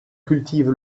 cultive